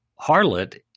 harlot